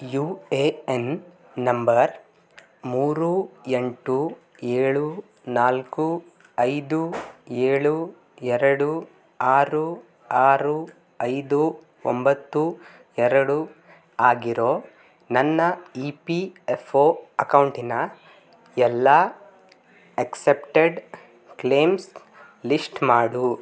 you A N number ಮೂರು ಎಂಟು ಏಳು ನಾಲ್ಕು ಐದು ಏಳು ಎರಡು ಆರು ಆರು ಐದು ಒಂಬತ್ತು ಎರಡು ಆಗಿರೋ ನನ್ನ ಇ ಪಿ ಎಫ್ ಒ ಅಕೌಂಟಿನ ಎಲ್ಲ ಎಕ್ಸೆಪ್ಟೆಡ್ ಕ್ಲೇಮ್ಸ್ ಲಿಶ್ಟ್ ಮಾಡು